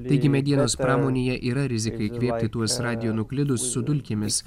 taigi medienos pramonėje yra rizika įkvėpti tuos radionuklidus su dulkėmis